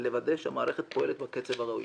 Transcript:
לוודא שהמערכת פועלת בקצב הראוי.